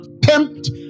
tempt